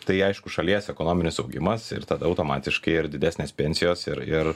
tai aišku šalies ekonominis augimas ir tada automatiškai ir didesnės pensijos ir ir